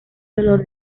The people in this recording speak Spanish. dolor